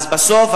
אז בסוף,